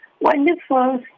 wonderful